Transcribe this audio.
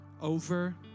over